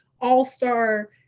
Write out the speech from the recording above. all-star